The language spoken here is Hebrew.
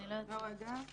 מאלה: